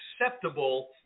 acceptable